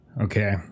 Okay